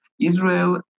Israel